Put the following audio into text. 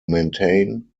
maintain